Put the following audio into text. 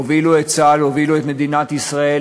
הם הובילו את צה"ל, הובילו את מדינת ישראל